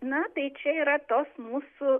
na tai čia yra tos mūsų